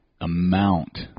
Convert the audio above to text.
amount